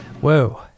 Whoa